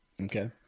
Okay